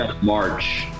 March